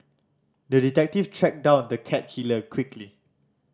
the detective tracked down the cat killer quickly